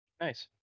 Nice